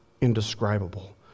indescribable